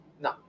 No